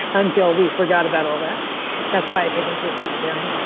until we forgot about all that that's why i take them to a plantarium.